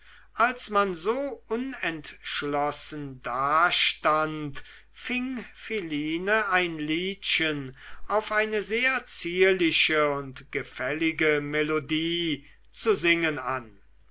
als man so unentschlossen dastand fing philine ein liedchen auf eine sehr zierliche und gefällige melodie zu singen an